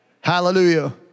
Hallelujah